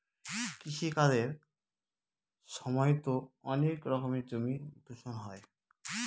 কৃষি কাজের সময়তো অনেক রকমের জমি দূষণ হয়